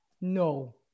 No